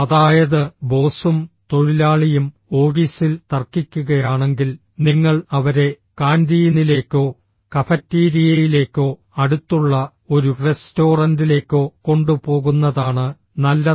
അതായത് ബോസും തൊഴിലാളിയും ഓഫീസിൽ തർക്കിക്കുകയാണെങ്കിൽ നിങ്ങൾ അവരെ കാന്റീനിലേക്കോ കഫറ്റീരിയയിലേക്കോ അടുത്തുള്ള ഒരു റെസ്റ്റോറന്റിലേക്കോ കൊണ്ടുപോകുന്നതാണ് നല്ലത്